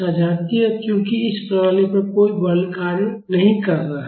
सजातीय क्योंकि इस प्रणाली पर कोई बल कार्य नहीं कर रहा है